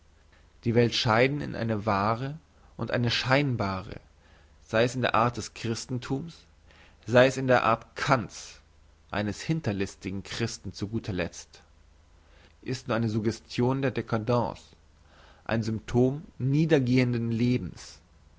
die welt scheiden in eine wahre und eine scheinbare sei es in der art des christenthums sei es in der art kant's eines hinterlistigen christen zu guterletzt ist nur eine suggestion der dcadence ein symptom niedergehenden lebens